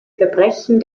verbrechen